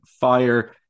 fire